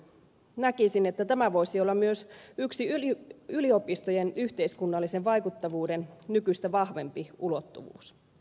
näkisin että tämä voisi olla myös yksi yliopistojen yhteiskunnallisen vaikuttavuuden nykyistä vahvempi ulottuvuus